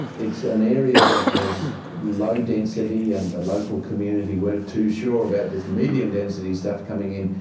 it's an area that was low density and the local community weren't too sure about this medium density stuff coming in.